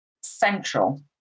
central